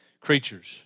creatures